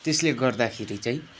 त्यसले गर्दाखेरि चाहिँ